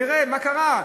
תראה, מה קרה?